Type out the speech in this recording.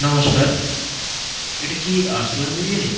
নমস্কার এটা কি আর্সেলান বিরিয়ানি